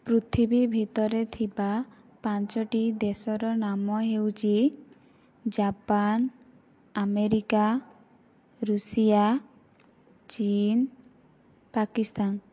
ପୃଥିବୀ ଭିତରେ ଥିବା ପାଞ୍ଚୋଟି ଦେଶର ନାମ ହେଉଛି ଜାପାନ ଆମେରିକା ଋଷିଆ ଚୀନ୍ ପାକିସ୍ତାନ